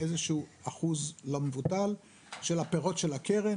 איזשהו אחוז לא מבוטל של הפירות של הקרן